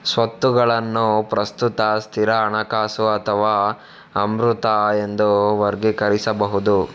ಸ್ವತ್ತುಗಳನ್ನು ಪ್ರಸ್ತುತ, ಸ್ಥಿರ, ಹಣಕಾಸು ಅಥವಾ ಅಮೂರ್ತ ಎಂದು ವರ್ಗೀಕರಿಸಬಹುದು